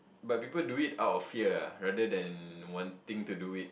but people do it out of fear ah rather than wanting to do it